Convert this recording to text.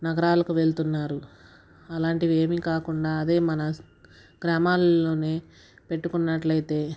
నగరాలకు వెళ్ళుతున్నారు అలాంటివి ఏమి కాకుండా అదే మన గ్రామాల్లోనే పెట్టుకున్నట్లైతే